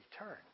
return